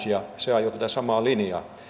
ja se ajoi tätä samaa linjaa